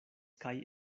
kaj